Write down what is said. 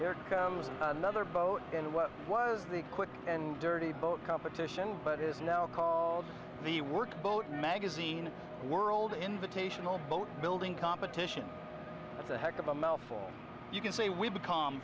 there comes another boat in what was the quick and dirty boat competition but is now called the work boat magazine world invitational boat building competition it's a heck of a mouthful you can say w